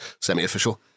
semi-official